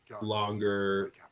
longer